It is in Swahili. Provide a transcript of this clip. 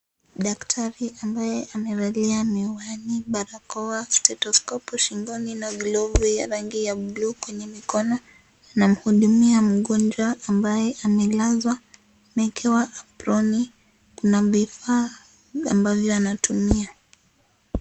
Daktari ambaye amevalia miwani, barakoa, stetiskopu shingoni na glovu ya rangi ya bluu kwenye mikono, anamhudumia mgonjwa ambaye amelazwa. Amewekewa aproni na vifaa ambavyo anatumia.